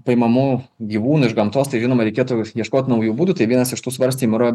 paimamų gyvūnų iš gamtos tai žinoma reikėtų ieškot naujų būdų tai vienas iš tų svarstymų yra